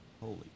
holy